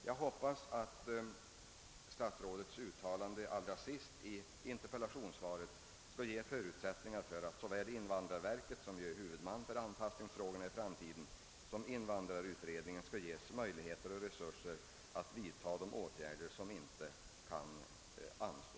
Jag hoppas att det sista uttalandet i statsrådets svar innebär att såväl invandrarverket, som ju är huvudman för anpassningsåtgärderna i framtiden, som invandrarutredningen skall erhålla möjligheter och resurser att vidta de åtgärder som inte kan anstå.